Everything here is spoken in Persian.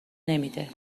نمیده